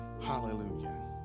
hallelujah